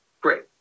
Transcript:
great